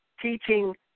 teaching